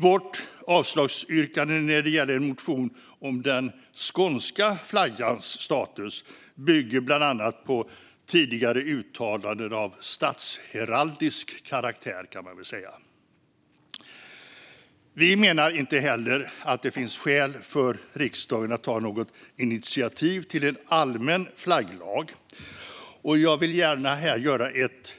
Vårt avslagsyrkande när det gäller en motion om den skånska flaggans status bygger bland annat på tidigare uttalanden av statsheraldisk karaktär. Vi menar inte heller att det finns skäl för riksdagen att ta något initiativ till en allmän flagglag. Jag vill här gärna göra ett